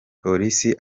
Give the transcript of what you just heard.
polisi